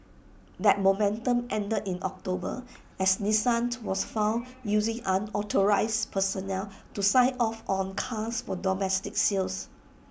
that momentum ended in October as Nissan to was found using unauthorised personnel to sign off on cars for domestic sales